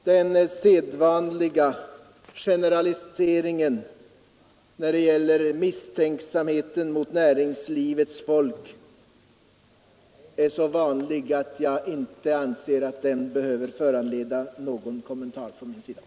Generaliseringen och herr Nilssons försök att skapa misstänksamhet mot näringslivets folk är så vanliga, att jag anser att den ej bör föranleda någon kommentar från min sida.